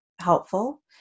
helpful